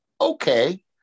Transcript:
okay